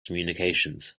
communications